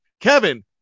Kevin